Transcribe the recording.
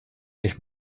ich